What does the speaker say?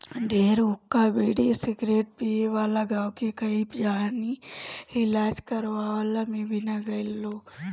ढेर हुक्का, बीड़ी, सिगरेट पिए वाला गांव के कई जानी इलाज करवइला में बिला गईल लोग